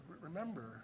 Remember